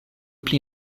pli